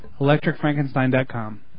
ElectricFrankenstein.com